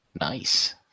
Nice